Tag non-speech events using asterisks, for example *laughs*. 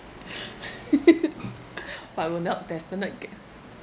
*laughs* but I will melt definite get